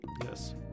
Yes